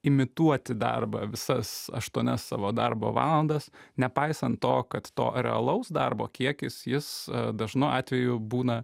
imituoti darbą visas aštuonias savo darbo valandas nepaisant to kad to realaus darbo kiekis jis dažnu atveju būna